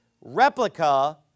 replica